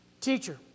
Teacher